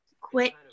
Quit